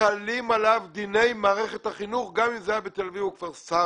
חלים עליו דיני מערכת החינוך גם אם זה היה בתל אביב או כפר סבא.